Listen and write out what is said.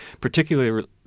Particularly